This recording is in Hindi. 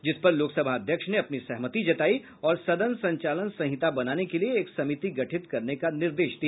जिस पर लोकसभा अध्यक्ष ने अपनी सहमति जतायी और सदन संचालन संहिता बनाने के लिए एक समिति गठित करने का निर्देश दिया